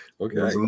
okay